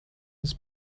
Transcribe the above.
its